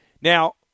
Now